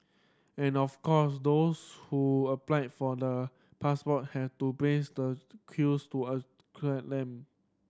and of course those who applied for the passport had to breathe the queues to collect them